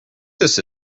this